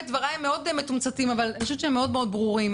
דבריי מתומצתים וברורים מאוד.